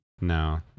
No